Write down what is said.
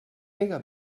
pega